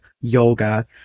yoga